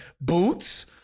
boots